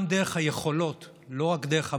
גם דרך היכולות, לא רק דרך המוגבלויות.